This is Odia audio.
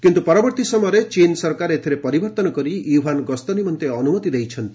କିନ୍ତ୍ର ପରବର୍ତ୍ତୀ ସମୟରେ ଚୀନ୍ ସରକାର ଏଥିରେ ପରିବର୍ତ୍ତନ କରି ୟୁହାନ୍ ଗସ୍ତ ନିମନ୍ତେ ଅନ୍ଦ୍ରମତି ଦେଇଛନ୍ତି